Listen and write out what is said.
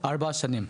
ארבע שנים,